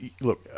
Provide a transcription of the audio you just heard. look